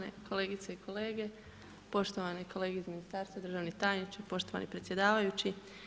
Poštovane kolegice i kolege, poštovane kolege iz ministarstva, državni tajniče, poštovani predsjedavajući.